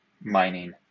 mining